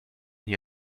hier